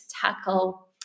tackle